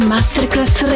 Masterclass